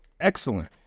Excellent